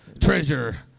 treasure